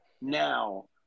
now